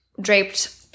draped